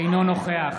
אינו נוכח